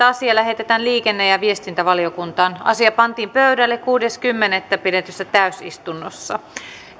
asia lähetetään liikenne ja viestintävaliokuntaan asia pantiin pöydälle kuudes kymmenettä kaksituhattaviisitoista pidetyssä täysistunnossa